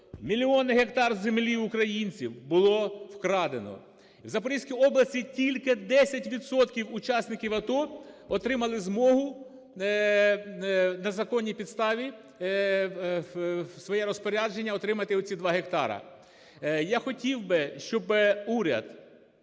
мільйон гектар землі в українців було вкрадено. У Запорізькій області тільки 10 відсотків учасників АТО отримали змогу на законній підставі у своє розпорядження отримати оці 2 гектари. Я хотів би, щоб уряд